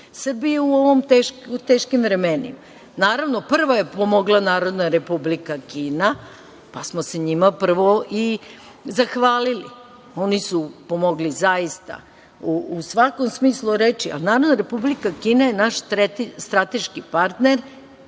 Srbiju u ovim teškim vremenima. Naravno, prvo je pomogla Narodna Republika Kina, pa smo se njima prvo i zahvalili. Oni su pomogli, zaista, u svakom smislu reči, a Narodna Republika Kina je naš strateški partner,